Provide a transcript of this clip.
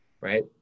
right